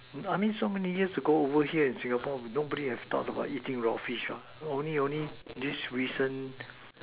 I mean so many years ago over here in Singapore nobody have thought about eating raw fish only only these recent